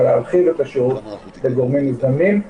אלא להרחיב את השירות לגורמים מזדמנים.